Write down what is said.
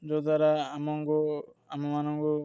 ଯଦ୍ୱାରା ଆମକୁ ଆମମାନଙ୍କୁ